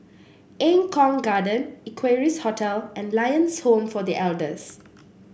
Eng Kong Garden Equarius Hotel and Lions Home for The Elders